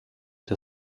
der